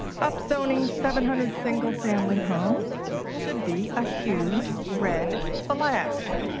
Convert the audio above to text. of zoning seven hundred single-family homes should be a huge red flag.